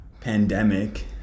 pandemic